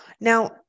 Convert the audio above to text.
Now